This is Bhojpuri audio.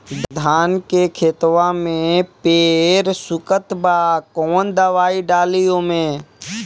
धान के खेतवा मे पेड़ सुखत बा कवन दवाई डाली ओमे?